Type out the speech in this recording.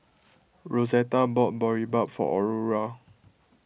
Rosetta bought Boribap for Aurore